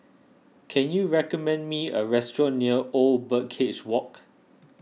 can you recommend me a restaurant near Old Birdcage Walk